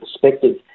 perspective